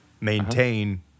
maintain